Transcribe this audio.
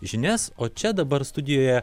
žinias o čia dabar studijoje